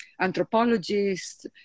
anthropologists